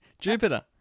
Jupiter